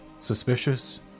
Suspicious